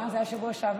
מה, זה היה בשבוע שעבר?